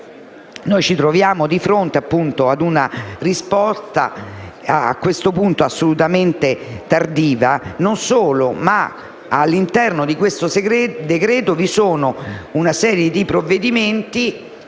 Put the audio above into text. ci troviamo di fronte ad una risposta a questo punto assolutamente tardiva. Non solo, ma all'interno di questo decreto-legge vi è una serie di provvedimenti